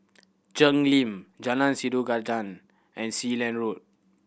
Cheng Lim Jalan Sikudangan and Sealand Road